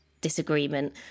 disagreement